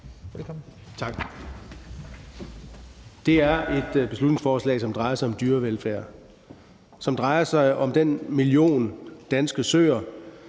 Det er et beslutningsforslag, som drejer sig om dyrevelfærd. Det drejer sig om den million danske søer,